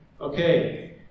Okay